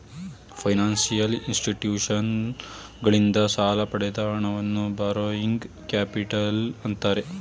financial ಇನ್ಸ್ಟಿಟ್ಯೂಷನ್ಸಗಳಿಂದ ಸಾಲ ಪಡೆದ ಹಣವನ್ನು ಬಾರೋಯಿಂಗ್ ಕ್ಯಾಪಿಟಲ್ ಅಂತ್ತಾರೆ